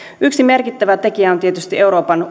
yksi merkittävä tekijä on tietysti euroopan